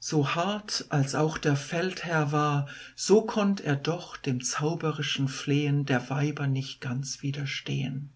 so hart als auch der feldherr war so konnt er doch dem zauberischen flehen der weiber nicht ganz widerstehen